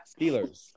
Steelers